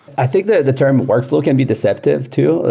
i think the the term workflow can be deceptive too.